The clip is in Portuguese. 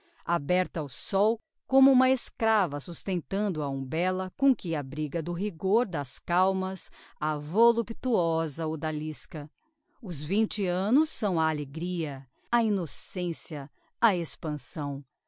aberta ao sol como uma escrava sustentando a umbella com que abriga do rigor das calmas a voluptuosa odalisca os vinte annos são a alegria a innocencia a expansão